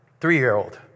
three-year-old